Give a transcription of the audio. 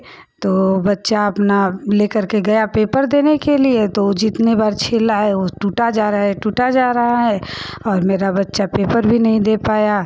तो बच्चा अपना लेकर के गया पेपर देने के लिए तो जितने बार छीला वह टूटा जा रहा है टूटा जा रहा है और मेरा बच्चा पेपर भी नहीं दे पाया